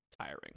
tiring